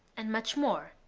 and much more,